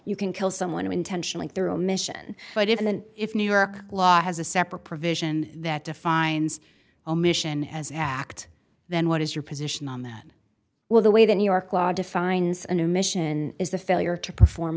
you can kill someone intentionally through a mission but even if new york law has a separate provision that defines omission as act then what is your position on that well the way the new york law defines a new mission is the failure to perform